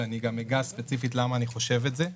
ואני גם אגיד למה אני חושב את זה.